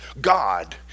God